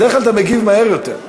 בדרך כלל אתה מגיב מהר יותר.